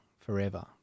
forever